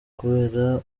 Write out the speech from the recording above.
kubera